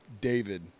David